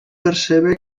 percebre